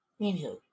Anywho